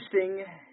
interesting